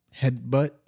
headbutt